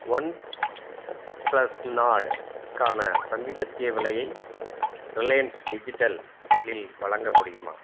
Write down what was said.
one plus நாட்க்கான சமீபத்திய விலையை ரிலையன்ஸ் டிஜிட்டல்லில் வழங்க முடியுமா